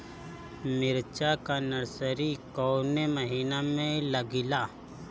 मिरचा का नर्सरी कौने महीना में लागिला?